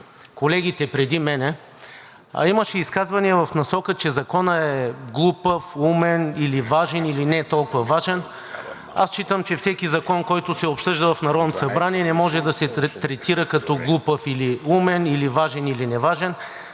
колегите преди мен, имаше изказвания в насока, че Законът е глупав, умен или важен, или не толкова важен. Аз считам че всеки закон, който се обсъжда в Народното събрание, не може да се третира като глупав или умен, или важен, или неважен.